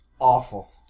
awful